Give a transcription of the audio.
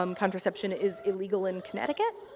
um contraception is illegal in connecticut.